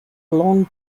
long